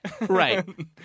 right